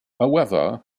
however